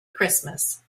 christmas